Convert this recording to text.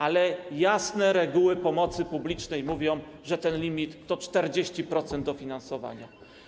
Ale jasne reguły pomocy publicznej mówią, że ten limit to 40% dofinansowania.